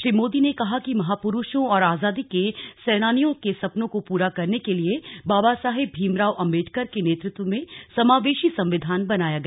श्री मोदी ने कहा कि महापुरुषों और आज़ादी के सेनानियों के सपनों को पूरा करने के लिए बाबासाहेब भीमराव आम्बेडकर के नेतृत्व में समावेशी संविधान बनाया गया